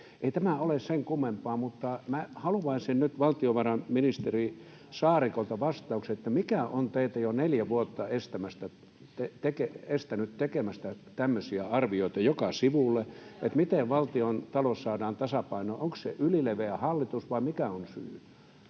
Ei tämä ole sen kummempaa. Minä haluaisin nyt valtiovarainministeri Saarikolta vastauksen: Mikä on teitä jo neljä vuotta estänyt tekemästä tämmöisiä arvioita joka sivulle, [Suna Kymäläinen: Kriisiajat!] miten valtiontalous saadaan tasapainoon? Onko se ylileveä hallitus, vai mikä on syy?